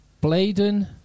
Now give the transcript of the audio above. Bladen